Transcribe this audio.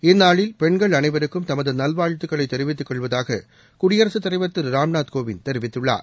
இந்நாளில் பெண்கள் அனைவருக்கும் தமது நல்வாழ்த்துக்களைத் தெரிவித்துக் கொள்வதாக குடியரசுத் தலைவர் திரு ராம்நாத் கோவிந்த் தெரிவித்துள்ளார்